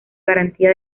garantía